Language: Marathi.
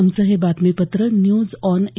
आमचं हे बातमीपत्र न्यूज ऑन ए